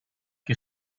qui